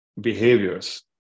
behaviors